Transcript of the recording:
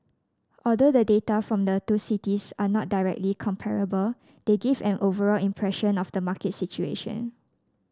although the data from the two cities are not directly comparable they give an overall impression of the market situation